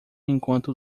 enquanto